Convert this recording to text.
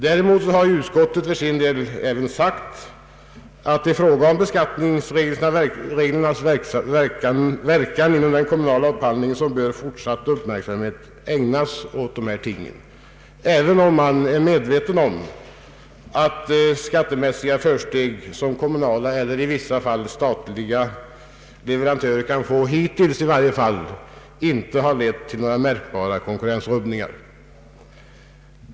Däremot har utskottet för sin del även sagt att ”frågan om beskattningsreglernas verkningar vid den kommunala upphandlingen bör ägnas fortsatt uppmärksamhet”, även om man är medveten om att skattemässiga försteg som kommunala eller i vissa fall statliga leverantörer kan få inte har lett — hittills i varje fall — till några märkbara konkurrensrubbningar.